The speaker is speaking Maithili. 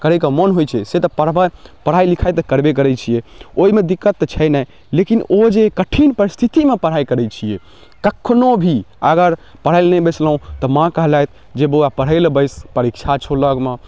करैकऽ मन होयत छै से तऽ पढ़ब पढ़ाइ लिखाइ तऽ करबे करैत छियै ओहिमे दिक्कत तऽ छै नहि लेकिन ओ जे कठिन परिस्थितिमे पढ़ाइ करैत छियै कखनो भी अगर पढ़ै लऽ नहि बैसलहुँ तऽ माँ कहलथि जे बौआ पढ़ै लऽ बैस परीक्षा छौ लगमे